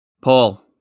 Paul